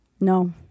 No